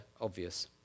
obvious